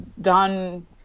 done